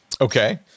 Okay